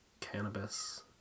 cannabis